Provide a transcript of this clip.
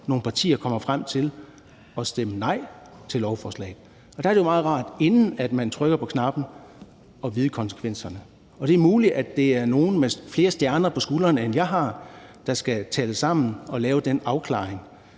nogle partier kommer frem til at stemme nej til lovforslaget. Der er det jo meget rart, at man, inden man trykker på knappen, kender konsekvenserne. Det er muligt, at det er nogen med flere stjerner på skuldrene, end jeg har, der skal tale sammen og lave den afklaring